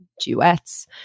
duets